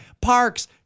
Parks